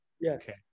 yes